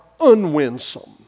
unwinsome